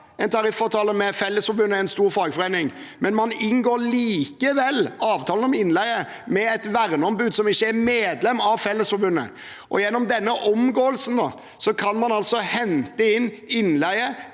en tariffavtale med Fellesforbundet, en stor fagforening, men man inngår likevel avtale om innleie med et verneombud som ikke er medlem av Fellesforbundet. Gjennom den ne omgåelsen kan man altså hente inn innleie